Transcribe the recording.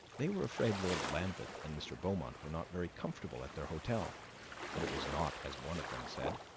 they were afraid lord lambeth and mr. beaumont were not very comfortable at their hotel that it was not, as one of them said,